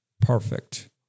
perfect